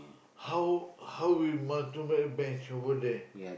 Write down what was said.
how how we must too many banks over there